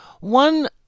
One